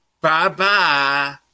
Bye-bye